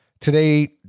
Today